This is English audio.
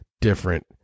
different